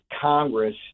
Congress